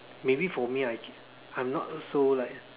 maybe for me I I'm not so like